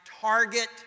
Target